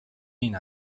این